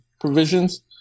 provisions